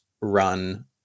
run